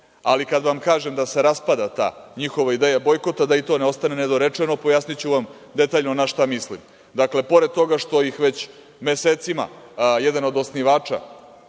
Ali, kad vam kažem da se raspada ta njihova ideja bojkota, da i to ne ostane nedorečeno, pojasniću vam detaljno na šta mislim. Dakle, pored toga što ih već mesecima jedan od osnivača